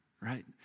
right